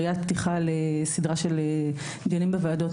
יריית פתיחה לסדרה של דיונים בוועדות.